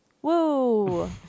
Whoa